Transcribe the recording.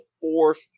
fourth